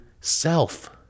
self